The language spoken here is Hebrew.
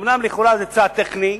אומנם לכאורה זה צעד טכני,